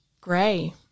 grey